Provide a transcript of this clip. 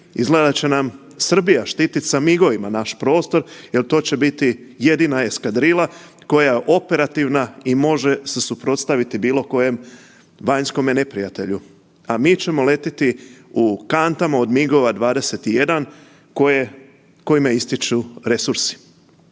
izgleda da će nam Srbija štitit sa migovima naš prostor jel to će biti jedina eskadrila koja je operativna i može se suprotstaviti bilo kojem vanjskome neprijatelju, a mi ćemo letiti u kantama od migova 21 koje, kojima ističu resursi.